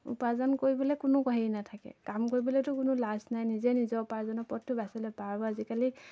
উপাৰ্জন কৰিবলৈ কোনো হেৰি নাথাকে কাম কৰিবলৈতো কোনো লাজ নাই নিজে নিজৰ উপাৰ্জনৰ পথটো বাচি ল'ব পাৰে আৰু আজিকালি